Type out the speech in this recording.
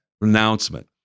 announcement